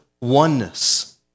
oneness